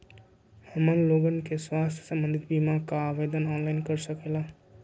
हमन लोगन के स्वास्थ्य संबंधित बिमा का आवेदन ऑनलाइन कर सकेला?